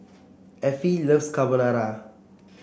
Affie loves Carbonara